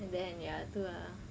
and then ya tu ah